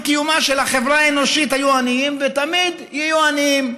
קיומה של החברה האנושית היו עניים ותמיד יהיו עניים.